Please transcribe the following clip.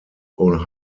und